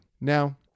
Now